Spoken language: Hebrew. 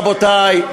רבותי,